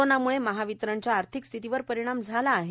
कोरोनाम्ळे महावितरणच्या आर्थिक स्थितीवर परिणाम झाला आहे